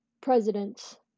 president's